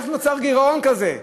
איך נוצר גירעון כזה?